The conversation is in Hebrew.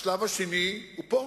השלב השני הוא פה.